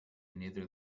neither